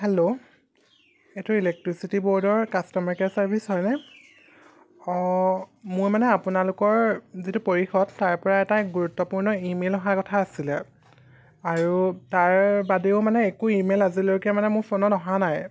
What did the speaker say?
hello এইটো electricity বৰ্ডৰ customer care service হয়নে অঁ মোৰ মানে আপোনালোকৰ যিটো পৰিষদ তাৰপৰা এটা গুৰুত্বপূৰ্ণ ইমেইল অহাৰ কথা আছিলে আৰু তাৰ বাদেও মানে একো ইমেইল আজিলৈকে মানে মোৰ ফোনত অহা নাই